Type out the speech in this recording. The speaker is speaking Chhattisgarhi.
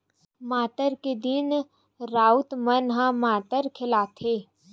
मातर के दिन राउत मन ह मातर खेलाथे